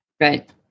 Right